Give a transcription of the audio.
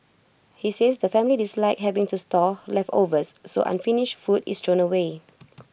he says the family dislike having to store leftovers so unfinished food is away